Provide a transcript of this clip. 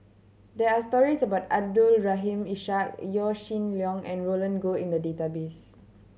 there are stories about Abdul Rahim Ishak Yaw Shin Leong and Roland Goh in the database